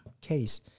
case